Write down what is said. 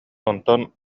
онтон